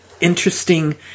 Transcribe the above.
interesting